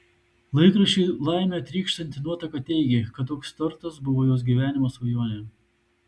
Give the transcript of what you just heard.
laikraščiui laime trykštanti nuotaka teigė kad toks tortas buvo jos gyvenimo svajonė